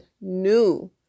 new